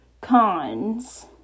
Cons